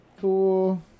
cool